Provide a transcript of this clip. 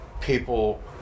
people